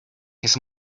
his